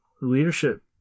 leadership